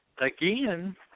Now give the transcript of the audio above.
again